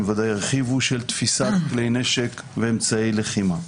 הם ודאי ירחיבו של תפיסת כלי נשק ואמצעי לחימה.